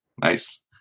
Nice